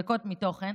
ריקות מתוכן.